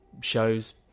shows